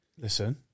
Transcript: Listen